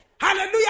Hallelujah